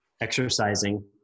exercising